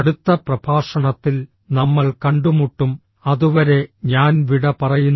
അടുത്ത പ്രഭാഷണത്തിൽ നമ്മൾ കണ്ടുമുട്ടും അതുവരെ ഞാൻ വിട പറയുന്നു